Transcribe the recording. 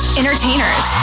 entertainers